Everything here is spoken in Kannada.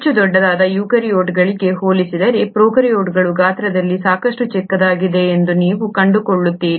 ಹೆಚ್ಚು ದೊಡ್ಡದಾದ ಯೂಕ್ಯಾರಿಯೋಟ್ಗಳಿಗೆ ಹೋಲಿಸಿದರೆ ಪ್ರೊಕಾರ್ಯೋಟ್ಗಳು ಗಾತ್ರದಲ್ಲಿ ಸಾಕಷ್ಟು ಚಿಕ್ಕದಾಗಿದೆ ಎಂದು ನೀವು ಕಂಡುಕೊಳ್ಳುತ್ತೀರಿ